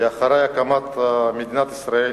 לאחר הקמת מדינת ישראל